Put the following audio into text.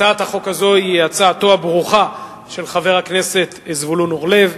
הצעת חוק זו היא הצעתו הברוכה של חבר הכנסת זבולון אורלב,